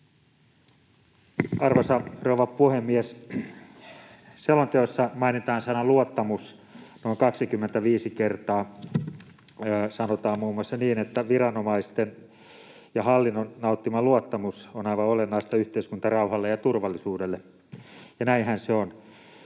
Arvoisa rouva puhemies! Selonteossa mainitaan sana ”luottamus” noin 25 kertaa — sanotaan muun muassa niin, että viranomaisten ja hallinnon nauttima luottamus on aivan olennaista yhteiskuntarauhalle ja turvallisuudelle, ja näinhän se on.